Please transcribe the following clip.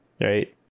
right